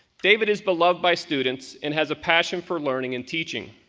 david is beloved by students and has a passion for learning and teaching.